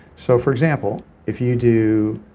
so for example if you do